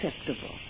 acceptable